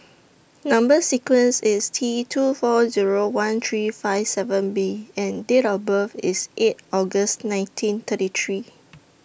Number sequence IS T two four Zero one three five seven B and Date of birth IS eight August nineteen thirty three